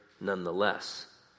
nonetheless